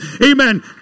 Amen